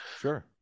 Sure